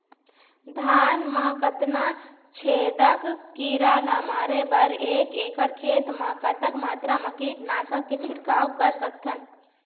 धान मा कतना छेदक कीरा ला मारे बर एक एकड़ खेत मा कतक मात्रा मा कीट नासक के छिड़काव कर सकथन?